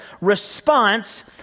response